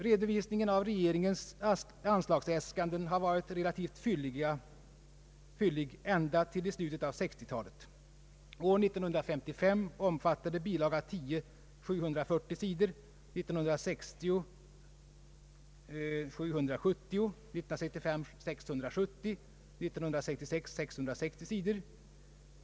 Redovisningen av regeringens anslagsäskanden har varit relativt fyllig ända till i slutet av 1960-talet. år 1955 omfattade bilaga 10 740 sidor, 1960 770 sidor, 1965 670 sidor och 1966 660 sidor.